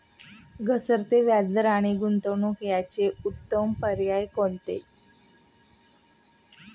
घसरते व्याजदर आणि गुंतवणूक याचे उत्तम पर्याय कोणते?